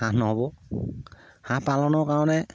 হাঁহ নহ'ব হাঁহ পালনৰ কাৰণে